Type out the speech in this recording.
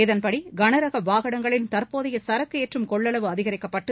இதன்படி கனரக வாகனங்களின் தற்போதைய சரக்கு ஏற்றும் கொள்ளவு அதிகரிக்கப்பட்டு